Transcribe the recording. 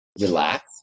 relax